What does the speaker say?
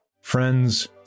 Friends